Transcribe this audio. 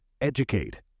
Educate